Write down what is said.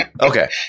Okay